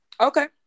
Okay